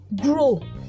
grow